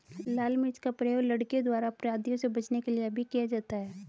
लाल मिर्च का प्रयोग लड़कियों द्वारा अपराधियों से बचने के लिए भी किया जाता है